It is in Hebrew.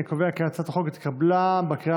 אני קובע כי הצעת החוק התקבלה בקריאה